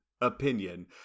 opinion